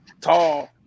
tall